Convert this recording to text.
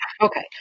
Okay